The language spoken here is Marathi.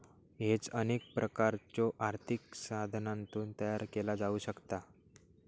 हेज अनेक प्रकारच्यो आर्थिक साधनांतून तयार केला जाऊ शकता